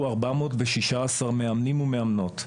ארבע מאות ושישה עשר מאמנים ומאמנות.